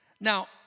Now